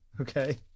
okay